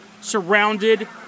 surrounded